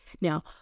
Now